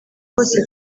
bose